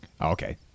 Okay